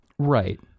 Right